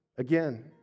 Again